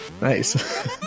Nice